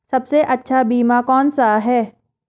सबसे अच्छा बीमा कौनसा है?